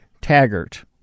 Taggart